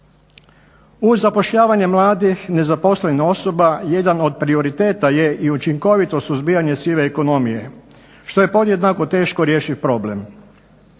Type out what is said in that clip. Uz zapošljavanje mladih nezaposlenih osoba jedan od prioriteta je i učinkovito suzbijanje sive ekonomije, što je podjednako teško rješiv problem.